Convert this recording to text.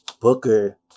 Booker